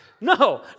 No